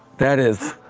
that is